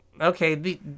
okay